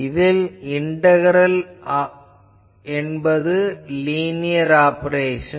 இதில் இண்டகரல் என்பது linear operation